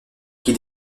qui